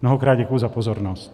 Mnohokrát děkuji za pozornost.